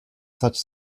such